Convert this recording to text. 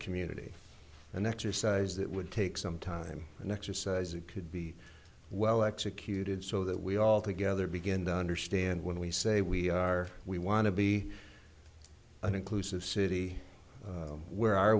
community an exercise that would take some time and exercise it could be well executed so that we all together begin to understand when we say we are we want to be an inclusive city where are